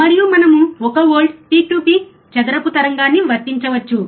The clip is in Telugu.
మరియు మనము 1 వోల్ట్ పిక్ టు పిక్ చదరపు తరంగాన్ని వర్తించవచ్చు